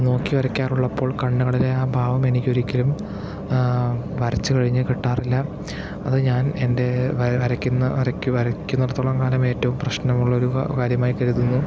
നോക്കി വരയ്ക്കാറുള്ളപ്പോൾ കണ്ണുകളിലെ ആ ഭാവം എനിക്കൊരിക്കലും വരച്ചു കഴിഞ്ഞു കിട്ടാറില്ല അത് ഞാൻ എൻ്റെ വര വരയ്ക്കുന്ന വരയ്ക്ക് വരയ്ക്കുന്നിടത്തോളം കാലം ഏറ്റവും പ്രശ്നമുള്ള ഒരു കാര്യമായി കരുതുന്നു